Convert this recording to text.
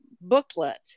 booklet